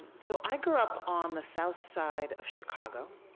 and so, i grew up on the south side of chicago